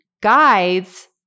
guides